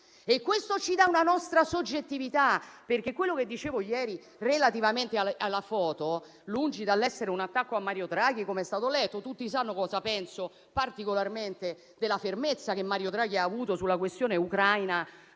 Questo ci dà una nostra soggettività. Quello che dicevo ieri relativamente alla foto è lungi dall'essere un attacco a Mario Draghi, come è stato letto; tutti sanno cosa penso, particolarmente, della fermezza che Mario Draghi ha avuto sulla questione ucraina,